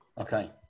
Okay